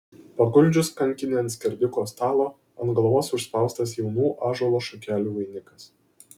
paguldžius kankinį ant skerdiko stalo ant galvos užspaustas jaunų ąžuolo šakelių vainikas